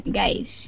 guys